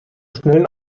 schnellen